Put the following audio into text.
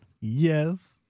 Yes